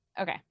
Okay